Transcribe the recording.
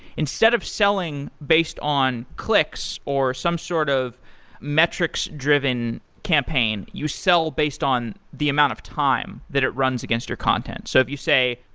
instead of selling based on clicks or some sort of metrics-driven campaign, you sell based on the amount of time that it runs against your content. so if you say,